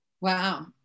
Wow